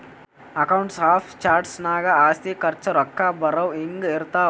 accounts of charts ನಾಗ್ ಆಸ್ತಿ, ಖರ್ಚ, ರೊಕ್ಕಾ ಬರವು, ಹಿಂಗೆ ಇರ್ತಾವ್